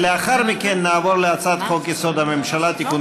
ולאחר מכן נעבור להצעת חוק-יסוד: הממשלה (תיקון